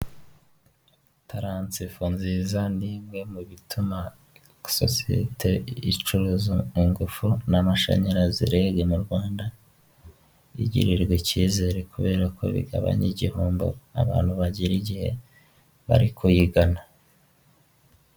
Imodoka yo mu bwoko bwa dayihatsu yifashishwa mu gutwara imizigo ifite ibara ry'ubururu ndetse n'igisanduku cy'ibyuma iparitse iruhande rw'umuhanda, aho itegereje gushyirwamo imizigo. Izi modoka zikaba zifashishwa mu kworoshya serivisi z'ubwikorezi hirya no hino mu gihugu. Aho zifashishwa mu kugeza ibintu mu bice bitandukanye by'igihugu.